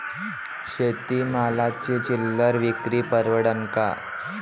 शेती मालाची चिल्लर विक्री परवडन का?